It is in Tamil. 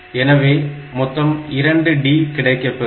எனவே மொத்தமாக 2D கிடைக்கப்பெறும்